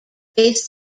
face